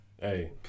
Hey